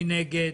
מי נגד?